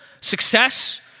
success